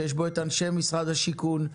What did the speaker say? שיש בו את אנשי משרד השיכון,